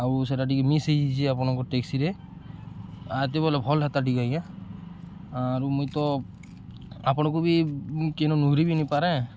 ଆଉ ସେଇଟା ଟିକେ ମିସ୍ ହେଇଯାଇଛି ଆପଣଙ୍କ ଟେକ୍ସିରେ ଆ ଏତେବେଳେ ଭଲ ହେତା ଟିକେ ଆଜ୍ଞା ଆରୁ ମୁଇଁ ତ ଆପଣଙ୍କୁ ବି ମୁଇଁ କିନୁ ନୁହରିବିନିପାରେ